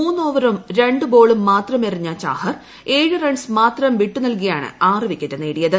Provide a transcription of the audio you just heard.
മൂന്ന് ഒവറും രണ്ടു ബോളും മാത്രം എറിഞ്ഞ ചാഹർ ഏഴ് റൺസ് മാത്രം വിട്ടുനൽകിയാണ് ആറ് വിക്കറ്റ് നേട്ടിയത്